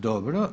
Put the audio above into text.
Dobro.